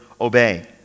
obey